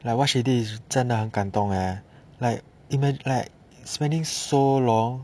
like what she did is 真的很感动 leh like like spending so long